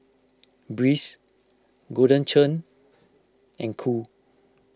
Breeze Golden Churn and Qoo